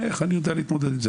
איך אני יודע להתמודד עם זה,